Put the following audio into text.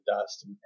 dust